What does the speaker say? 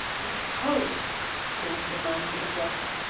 a coat! exclaimed the man he addressed.